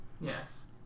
Yes